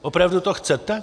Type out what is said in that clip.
Opravdu to chcete?